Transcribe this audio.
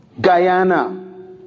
Guyana